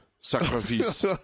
sacrifice